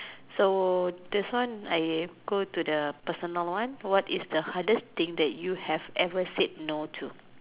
so this one I go to the personal one what is the hardest thing that you have ever said no to